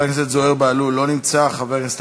התשע"ו 2015, קריאה ראשונה.